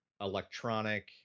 electronic